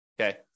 Okay